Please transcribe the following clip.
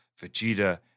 Vegeta